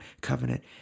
covenant